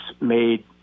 made